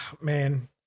Man